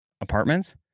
apartments